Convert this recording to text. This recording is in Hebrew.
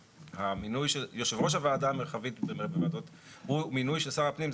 המינוי של יושב ראש הוועדה המרחבית הוא מינוי של שר הפנים,